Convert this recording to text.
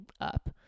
up